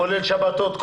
כולל שבתות,